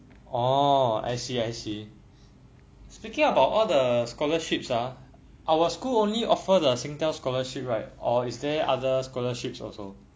orh I see I see speaking about all the scholarships ah our school only offer the singtel scholarship right or is there other scholarships also